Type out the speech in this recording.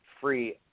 free